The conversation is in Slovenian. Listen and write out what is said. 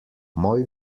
moj